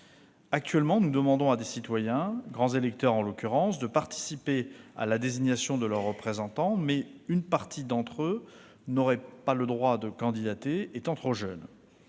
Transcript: Actuellement, nous demandons à des citoyens- grands électeurs en l'occurrence -de participer à la désignation de leurs représentants, mais une partie d'entre eux n'auraient pas le droit de candidater, étant trop jeunes.